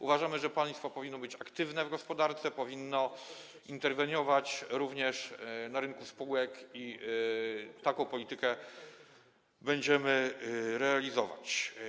Uważamy że państwo powinno być aktywne w gospodarce, powinno interweniować również na rynku spółek, i taką politykę będziemy realizować.